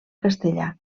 castellà